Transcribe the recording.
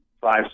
five